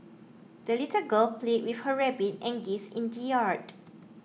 the little girl played with her rabbit and geese in the yard